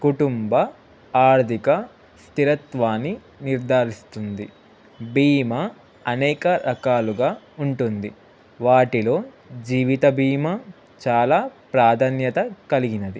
కుటుంబ ఆర్థిక స్థిరత్వాన్ని నిర్ధారిస్తుంది బీమ అనేక రకాలుగా ఉంటుంది వాటిలో జీవిత బీమా చాలా ప్రాధాన్యత కలిగినది